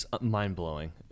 mind-blowing